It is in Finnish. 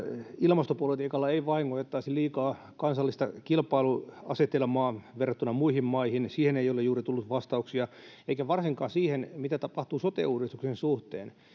ilmastopolitiikalla ei vahingoitettaisi liikaa kansallista kilpailuasetelmaa verrattuna muihin maihin siihen ei ole juuri tullut vastauksia eikä varsinkaan siihen mitä tapahtuu sote uudistuksen suhteen